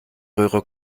röhre